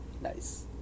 Nice